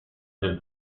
del